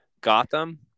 Gotham